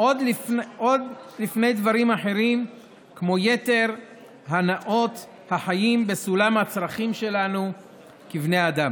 עוד לפני דברים אחרים כמו יתר הנאות החיים בסולם הצרכים שלנו כבני אדם.